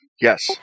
Yes